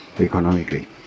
economically